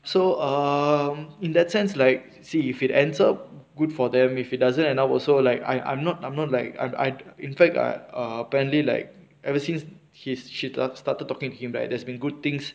so err in that sense like see if it ends up good for them if it doesn't end up also like I I'm not I'm not like I I in fact I err apparently like ever since his she started talking to him like there's been good things